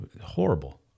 horrible